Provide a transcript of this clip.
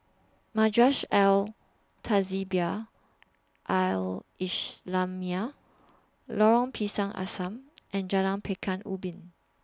Madrasah Al Tahzibiah Al Islamiah Lorong Pisang Asam and Jalan Pekan Ubin